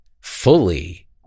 fully